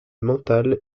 mentale